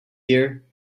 here